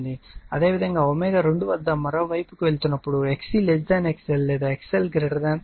అదేవిధంగా ω2 వద్ద మరొక వైపు కి వెళుతున్నప్పుడు XC XL లేదా XL XC